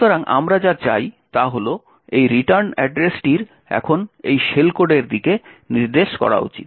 সুতরাং আমরা যা চাই তা হল এই রিটার্ন অ্যাড্রেসটির এখন এই শেল কোডের দিকে নির্দেশ করা উচিত